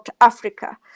Africa